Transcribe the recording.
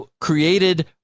created